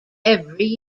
every